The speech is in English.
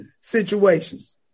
situations